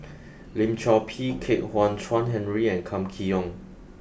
Lim Chor Pee Kwek Hian Chuan Henry and Kam Kee Yong